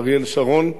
אריאל שרון,